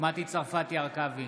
מטי צרפתי הרכבי,